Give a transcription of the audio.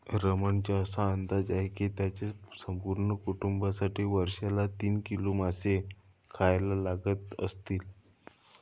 रमणचा असा अंदाज आहे की त्याच्या संपूर्ण कुटुंबासाठी वर्षाला तीस किलो मासे खायला लागत असतील